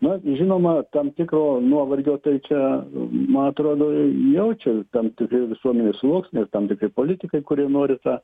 na žinoma tam tikro nuovargio tai čia man atrodo jaučia tam tikri visuomenės sluoksniai ir tam tikri politikai kurie nori tą